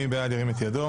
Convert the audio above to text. מי בעד, ירים את ידו.